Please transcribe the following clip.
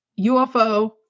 ufo